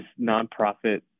nonprofit